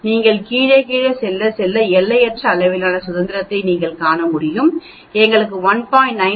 நீங்கள் கீழே கீழே கீழே செல்லும்போது எல்லையற்ற அளவிலான சுதந்திரத்தை நீங்கள் காண முடியும் எங்களுக்கு 1